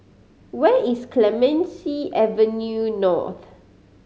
where is Clemenceau Avenue North